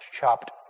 chopped